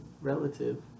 relative